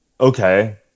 okay